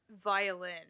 violin